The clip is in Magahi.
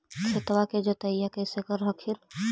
खेतबा के जोतय्बा कैसे कर हखिन?